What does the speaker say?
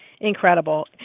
incredible